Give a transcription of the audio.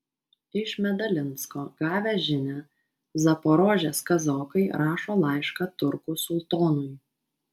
iš medalinsko gavę žinią zaporožės kazokai rašo laišką turkų sultonui